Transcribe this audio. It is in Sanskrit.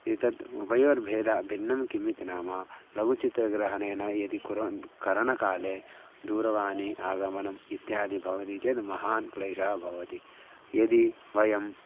एतत् उभयोर्भेदः भिन्नं किम् इति नाम लघु चित्रग्रहणेन यदि कुर्वन् करणकाले दूरवाणी आगमनम् इत्यादि भवति चेत् महान् क्लेशः भवति यदि वयं